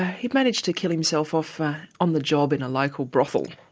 he'd managed to kill himself off on the job in a local brothel.